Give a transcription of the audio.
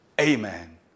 amen